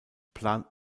plant